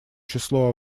число